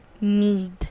need